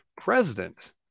president